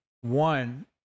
One